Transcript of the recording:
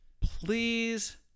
please